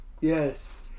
Yes